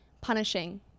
punishing